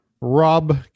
Rob